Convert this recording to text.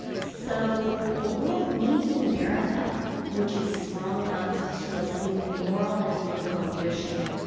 so, the world needs an america which is strong enough to assume moral and political leadership,